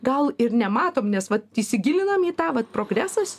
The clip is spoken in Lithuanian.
gal ir nematom nes vat įsigilinam į tą vat progresas